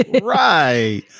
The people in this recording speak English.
right